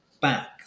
back